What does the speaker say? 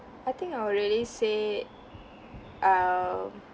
I think I would really say err